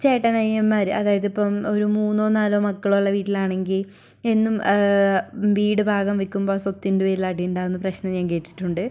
ചേട്ടനനിയന്മാർ അതായത് ഇപ്പം ഒരു മൂന്നോ നാലോ മക്കളുള്ള വീട്ടിലാണെങ്കിൽ എന്നും വീട് ഭാഗം വയ്ക്കുമ്പോൾ സ്വത്തിൻ്റെ പേരിൽ അടിയുണ്ടാവുന്ന പ്രശ്നം ഞാൻ കേട്ടിട്ടുണ്ട്